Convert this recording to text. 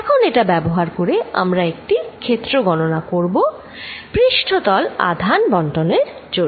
এখন এটা ব্যবহার করে আমরা একটি ক্ষেত্র গননা করবো পৃষ্ঠতল আধান বণ্টনের জন্য